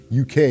uk